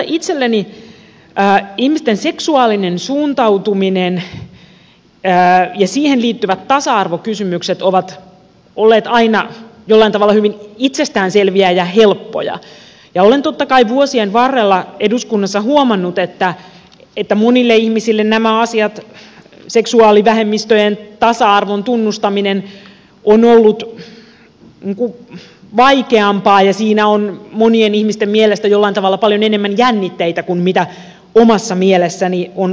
minulle itselleni ihmisten seksuaalinen suuntautuminen ja siihen liittyvät tasa arvokysymykset ovat olleet aina jollain tavalla hyvin itsestään selviä ja helppoja ja olen totta kai vuosien varrella eduskunnassa huomannut että monille ihmisille seksuaalivähemmistöjen tasa arvon tunnustaminen on ollut vaikeampaa ja siinä on monien ihmisten mielestä jollain tavalla paljon enemmän jännitteitä kuin omassa mielessäni on ollut